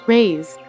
Raise